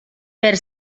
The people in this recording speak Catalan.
per